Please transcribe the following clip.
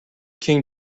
king